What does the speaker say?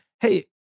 hey